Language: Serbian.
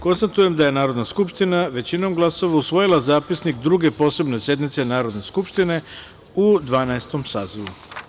Konstatujem da je Narodna skupština većinom glasova usvojila Zapisnik Druge posebne sednice Narodne skupštine u Dvanaestom sazivu.